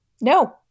No